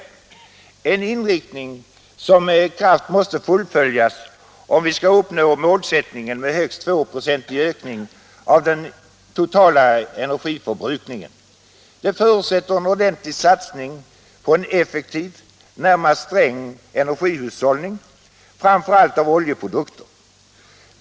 Denna inriktning måste med kraft fullföljas om vi skall uppnå målsättningen högst 2 96 i ökning av den totala energiförbrukningen. Det förutsätter en ordentlig satsning på en effektiv, närmast sträng, energihushållning framför allt med oljeprodukter.